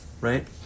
right